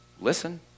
listen